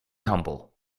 humble